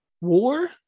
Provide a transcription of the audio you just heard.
war